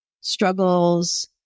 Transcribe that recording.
struggles